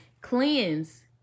cleanse